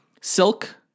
Silk